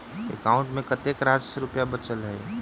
account मे कतेक रास रुपया बचल एई